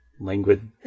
languid